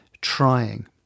trying